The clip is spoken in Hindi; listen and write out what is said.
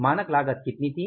मानक लागत कितनी थी